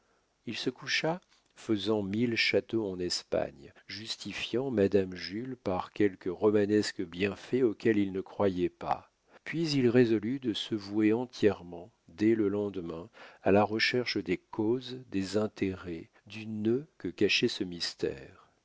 il se coucha faisant mille châteaux en espagne justifiant madame jules par quelque romanesque bienfait auquel il ne croyait pas puis il résolut de se vouer entièrement dès le lendemain à la recherche des causes des intérêts du nœud que cachait ce mystère